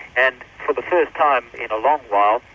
and for the first time in a long while,